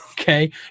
Okay